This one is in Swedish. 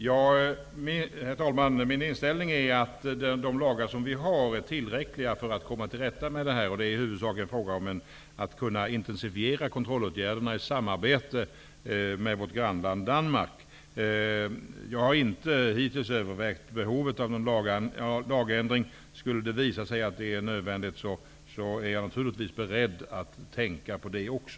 Herr talman! Min inställning är att de lagar som vi har är tillräckliga för att komma till rätta med det här. Detta är i huvudsak en fråga om att intensifiera kontrollåtgärderna i samarbete med vårt grannland Jag har hittills inte övervägt behovet av någon lagändring. Om det skulle visa sig nödvändigt är jag naturligtvis beredd att tänka på det också.